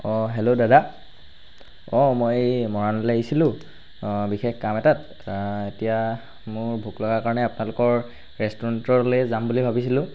অঁ হেল্ল' দাদা অঁ মই এই মৰাণলৈ আহিছিলোঁ বিশেষ কাম এটাত এতিয়া মোৰ ভোক লগা কাৰণে আপোনালোকৰ ৰেষ্টুৰেণ্টলৈ যাম বুলি ভাবিছিলোঁ